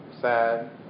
sad